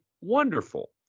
wonderful